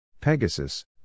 Pegasus